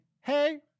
hey